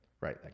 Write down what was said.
Right